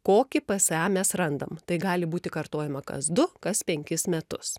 kokį psa mes randam tai gali būti kartojama kas du kas penkis metus